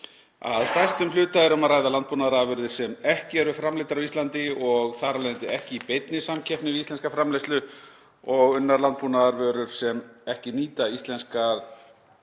Að stærstum hluta er um að ræða landbúnaðarafurðir sem ekki eru framleiddar á Íslandi og þar af leiðandi ekki í beinni samkeppni við íslenska framleiðslu og unnar landbúnaðarvörur sem ekki nýta íslenskar